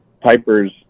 Piper's